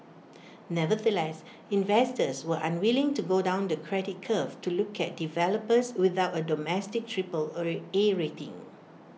nevertheless investors were unwilling to go down the credit curve to look at developers without A domestic triple A rating